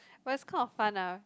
but it's kind of fun lah